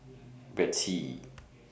Betsy